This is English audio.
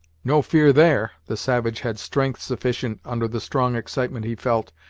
no fear there, the savage had strength sufficient, under the strong excitement he felt,